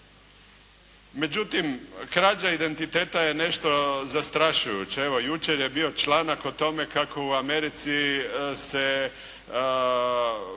Međutim, krađa identiteta je nešto zastrašujuće. Evo jučer je bio članak o tome kako u Americi se